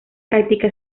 práctica